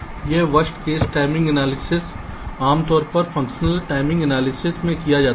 यह अधिकतम खराब स्थिति डिले एनालिसिस आमतौर पर फंक्शनल टाइमिंग एनालिसिस में किया जाता है